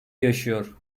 yaşıyor